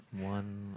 one